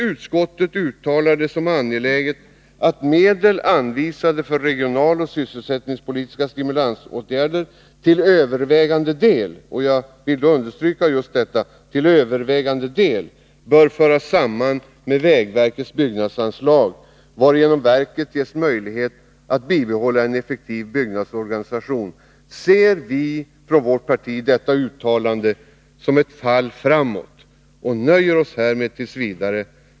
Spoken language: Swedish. Utskottet uttalar att det är angeläget att medel anvisade för regionaloch sysselsättningspolitiska stimulansåtgärder till övervägande del förs samman med vägverkets byggnadsanslag, varigenom verket ges möjlighet att bibehålla en effektiv byggnadsorganisation. Detta uttalande ser vpk som ett fall framåt och nöjer sig därför med det.